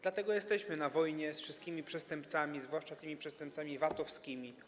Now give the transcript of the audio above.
Dlatego jesteśmy na wojnie ze wszystkimi przestępcami, zwłaszcza z przestępcami VAT-owskimi.